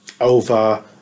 over